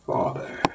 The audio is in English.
Father